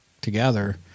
together